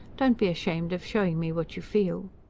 don't be ashamed of showing me what you feel.